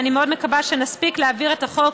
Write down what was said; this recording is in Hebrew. ואני מאוד מקווה שנספיק להעביר את החוק